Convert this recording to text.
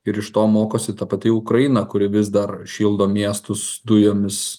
ir iš to mokosi ta pati ukraina kuri vis dar šildo miestus dujomis